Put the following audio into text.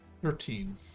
Thirteen